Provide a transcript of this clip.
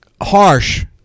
harsh